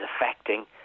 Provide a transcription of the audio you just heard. affecting